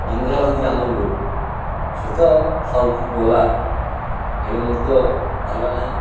ଇନ୍ଦିରା ଗାନ୍ଧୀ ଆମର ସେ ତ ସବୁ ଗଲା ହେଲେ ମଧ୍ୟ ପାରିଲା ନାହିଁ